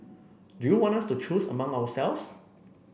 do you want us to choose among ourselves